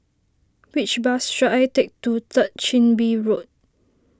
which bus should I take to Third Chin Bee Road